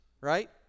right